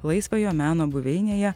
laisvojo meno buveinėje